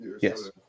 Yes